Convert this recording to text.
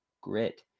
grit